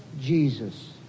Jesus